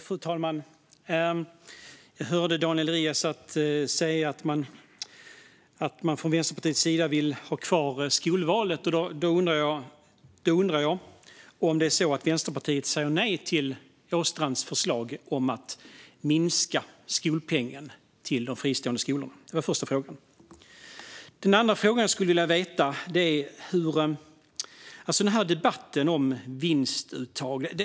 Fru talman! Jag hörde Daniel Riazat säga att man från Vänsterpartiets sida vill ha kvar skolvalet. Jag undrar därför om Vänsterpartiet säger nej till Åstrands förslag om att minska skolpengen till de fristående skolorna. Det var den första frågan. Den andra fråga jag skulle vilja ställa handlar om debatten om vinstuttag.